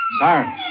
Siren